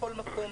בכל מקום,